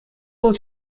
вӑл